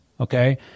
okay